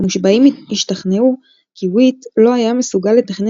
המושבעים השתכנעו כי וויט לא היה מסוגל לתכנן